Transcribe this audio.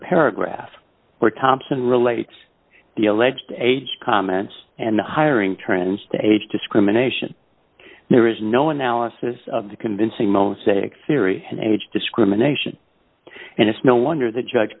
paragraph or thompson relates the alleged age comments and hiring trends to age discrimination there is no analysis of the convincing mosaic theory age discrimination and it's no wonder the